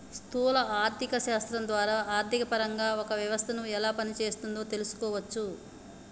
స్థూల ఆర్థిక శాస్త్రం ద్వారా ఆర్థికపరంగా ఒక వ్యవస్థను ఎలా పనిచేస్తోందో తెలుసుకోవచ్చు